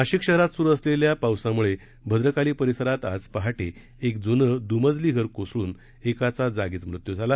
नाशिक शहरात स्रू असलेल्या पावसामुळे भद्रकाली परीसरात आज पहाटे एक ज्नं द्मजली घर कोसळून एकाचा जागीच मृत्यू झाला